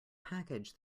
package